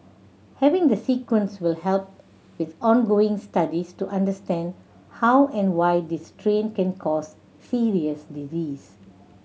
having the sequence will help with ongoing studies to understand how and why this strain can cause serious disease